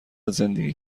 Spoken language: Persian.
زندگی